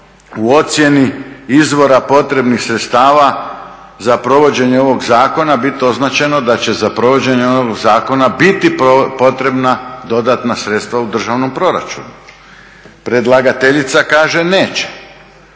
u ocjeni izvora potrebnih sredstava za provođenje ovog zakona bit označeno da će za provođenje ovog zakona biti potrebna dodatna sredstva u državnom proračunu. Predlagateljica kaže neće.